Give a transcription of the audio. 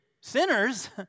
sinners